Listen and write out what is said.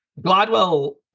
Gladwell